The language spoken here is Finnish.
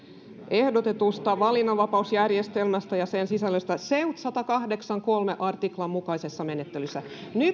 ehdotetusta valinnanvapausjärjestelmästä ja sen sisällöstä seutn sadankahdeksan piste kolmannen artiklan mukaisessa menettelyssä nyt